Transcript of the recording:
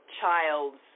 child's